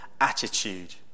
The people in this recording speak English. attitude